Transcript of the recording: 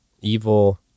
evil